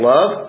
Love